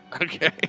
Okay